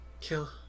Kill